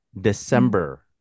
December